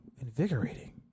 invigorating